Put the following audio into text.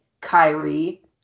Kyrie